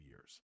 years